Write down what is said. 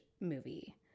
movie